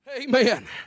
Amen